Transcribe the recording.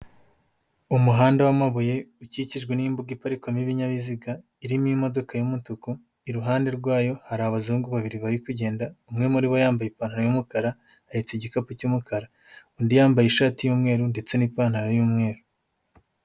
Umuhanda w'amabuye ukikijwe n'imbuga iparikwamo ibinyabiziga, irimo imodoka y'umutuku, iruhande rwayo hari abazungu babiri bari kugenda, umwe muri bo yambaye ipantaro y'umukara ahetse igikapu cy'umukara, undi yambaye ishati y'umweru ndetse n'ipantaro y'umweru.